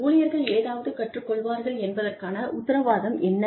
ஊழியர்கள் ஏதாவது கற்றுக் கொள்வார்கள் என்பதற்கான உத்தரவாதம் என்ன